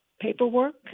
paperwork